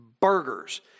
burgers